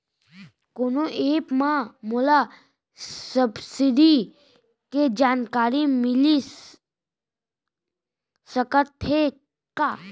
कोनो एप मा मोला सब्सिडी के जानकारी मिलिस सकत हे का?